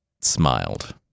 smiled